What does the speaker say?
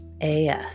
af